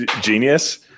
genius